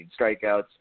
strikeouts